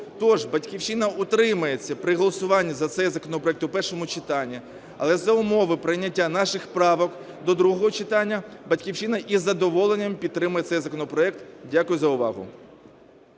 Тож "Батьківщина" утримається при голосуванні за цей законопроект у першому читанні. Але за умови прийняття наших правок до другого читання "Батьківщина" із задоволенням підтримає цей законопроект. Дякую за увагу.